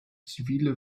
zivile